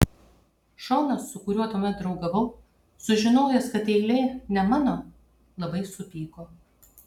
šonas su kuriuo tuomet draugavau sužinojęs kad eilė ne mano labai supyko